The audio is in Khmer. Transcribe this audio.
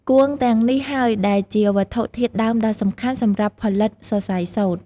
គួងទាំងនេះហើយដែលជាវត្ថុធាតុដើមដ៏សំខាន់សម្រាប់ផលិតសរសៃសូត្រ។